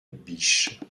biche